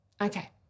Okay